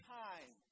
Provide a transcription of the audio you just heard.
time